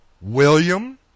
William